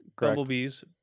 bumblebees